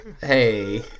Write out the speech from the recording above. hey